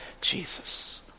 Jesus